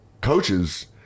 coaches